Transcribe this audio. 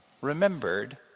remembered